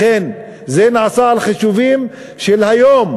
זה נעשה על חישובים של היום,